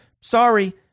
Sorry